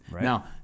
Now